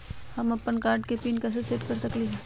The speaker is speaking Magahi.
हम अपन कार्ड के पिन कैसे सेट कर सकली ह?